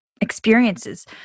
experiences